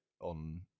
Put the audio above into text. on